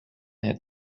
had